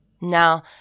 Now